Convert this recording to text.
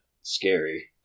scary